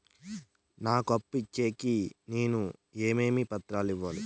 నాకు అప్పు ఇచ్చేకి నేను ఏమేమి పత్రాలు ఇవ్వాలి